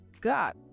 God